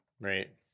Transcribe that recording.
right